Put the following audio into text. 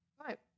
Right